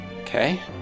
Okay